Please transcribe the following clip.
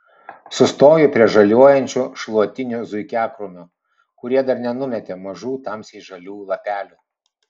sustoju prie žaliuojančių šluotinių zuikiakrūmių kurie dar nenumetė mažų tamsiai žalių lapelių